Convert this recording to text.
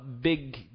big